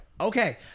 Okay